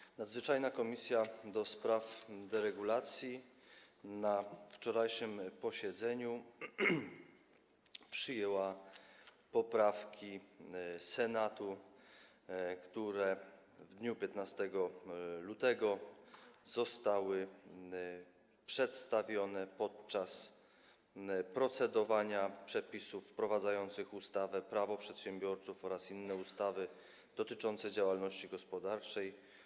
Komisja Nadzwyczajna do spraw deregulacji na wczorajszym posiedzeniu przyjęła poprawki Senatu, które w dniu 15 lutego zostały przedstawione podczas procedowania nad Przepisami wprowadzającymi ustawę Prawo przedsiębiorców oraz inne ustawy dotyczące działalności gospodarczej.